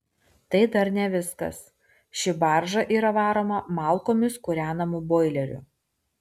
tai dar ne viskas ši barža yra varoma malkomis kūrenamu boileriu